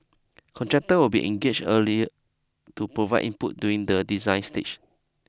contractors will be engaged early to provide input during the design stage